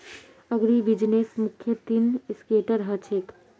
अग्रीबिज़नेसत मुख्य तीन सेक्टर ह छे